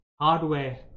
hardware